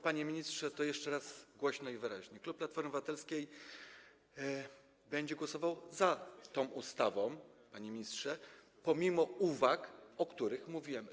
Panie ministrze, to powiem jeszcze raz głośno i wyraźnie: Klub Platformy Obywatelskiej będzie głosował za tą ustawą, panie ministrze, pomimo uwag, o których mówiłem.